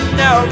no